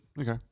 Okay